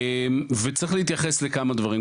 וצריך להתייחס לכמה דברים.